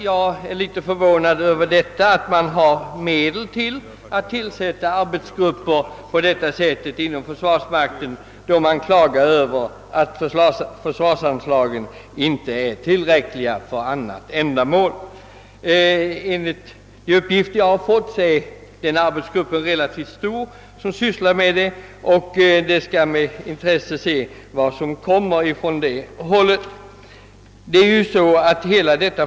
Jag tycker emellertid att det är märkligt att det finns pengar för att tillsätta arbetsgrupper på detta sätt inom krigsmakten, eftersom det klagas över att försvarsanslagen inte räcker till för andra ändamål. Enligt de uppgifter jag fått är den arbetsgrupp som ägnar sig åt detta relativt stor, och det blir intressant att se vad som kan komma från detta håll.